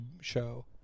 show